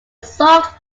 solved